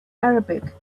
arabic